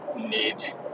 need